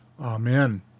Amen